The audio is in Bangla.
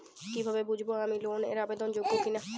কীভাবে বুঝব আমি লোন এর আবেদন যোগ্য কিনা?